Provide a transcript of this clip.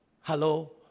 Hello